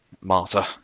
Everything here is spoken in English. martyr